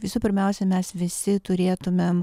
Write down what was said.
visų pirmiausia mes visi turėtumėm